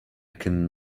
can